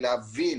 להבין,